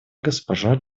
госпожа